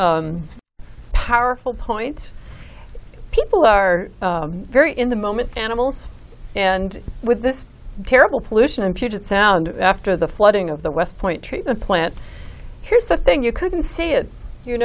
powerful point people are very in the moment animals and with this terrible pollution in puget sound after the flooding of the westpoint treatment plant here's the thing you couldn't see it you